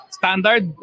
standard